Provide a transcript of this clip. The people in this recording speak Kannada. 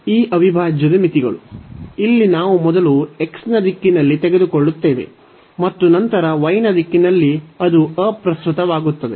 ಈ ಅವಿಭಾಜ್ಯದ ಮಿತಿಗಳು ಇಲ್ಲಿ ನಾವು ಮೊದಲು x ನ ದಿಕ್ಕಿನಲ್ಲಿ ತೆಗೆದುಕೊಳ್ಳುತ್ತೇವೆ ಮತ್ತು ನಂತರ y ನ ದಿಕ್ಕಿನಲ್ಲಿ ಅದು ಅಪ್ರಸ್ತುತವಾಗುತ್ತದೆ